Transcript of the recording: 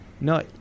No